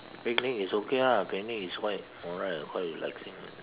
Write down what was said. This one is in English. picnic is okay ah picnic is quite alright quite relaxing